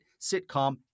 sitcom